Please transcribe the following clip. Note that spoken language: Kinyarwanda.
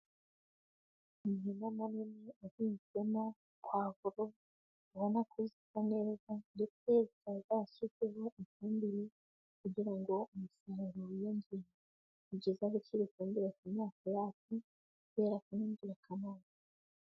Umurima munini uhinzwemo pavuro abona ko zisa neza, ndetse zikana zarashyizweho ifumbire kugira ngo umusaruro wiyongere, ni byiza gushyira ifumbire ku myaka yacu, kubera ko ni ingirakamaro.